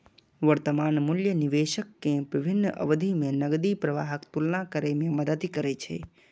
वर्तमान मूल्य निवेशक कें विभिन्न अवधि मे नकदी प्रवाहक तुलना करै मे मदति करै छै